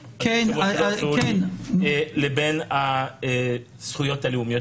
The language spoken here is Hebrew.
הבית, לבין הזכויות הלאומיות.